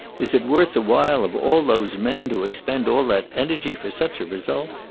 is it worth the while of all those men to expend all that energy for such a result?